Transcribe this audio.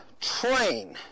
train